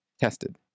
tested